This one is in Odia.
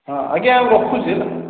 ହଁ ଆଜ୍ଞା ଆଉ ରଖୁଛି ହେଲା